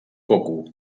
coco